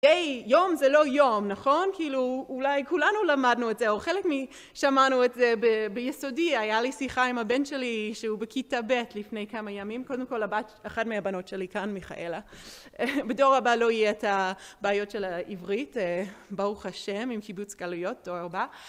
day יום זה לא יום, נכון? כאילו... אולי כולנו למדנו את זה, או חלק מ... שמענו את זה ביסודי, היה לי שיחה עם הבן שלי, שהוא בכיתה ב' לפני כמה ימים (קודם כל הבת... אחת מהבנות שלי כאן - מיכאלה - בדור הבא לא יהיה את הבעיות של העברית ברוך השם עם קיבוץ גלויות דור הבא),